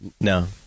No